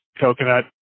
coconut